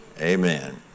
Amen